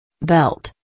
Belt